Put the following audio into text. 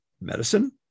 medicine